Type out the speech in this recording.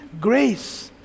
grace